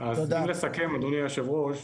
רק בכדי לסכם, אדוני יושב הראש.